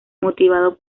motivado